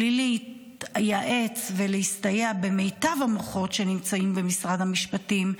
בלי להתייעץ ולהסתייע במיטב המוחות שנמצאים במשרד המשפטים,